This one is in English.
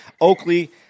Oakley